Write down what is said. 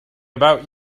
about